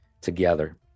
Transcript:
together